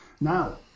now